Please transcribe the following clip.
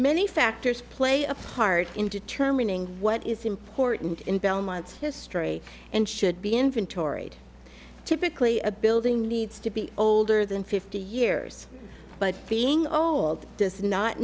many factors play a part in determining what is important in belmont history and should be inventoried typically a building needs to be older than fifty years but being old does not